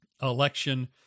election